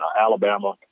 Alabama